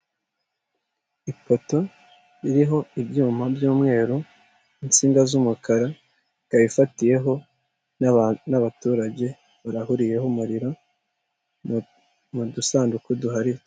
Ipoto iriho ibyuma by'umweru n'insiga z'umukara ikaba ifatiyeho n'abaturage barahuriyeho umuriro mudusanduku duhari.